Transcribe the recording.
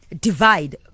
divide